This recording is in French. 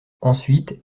ensuite